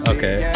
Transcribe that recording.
Okay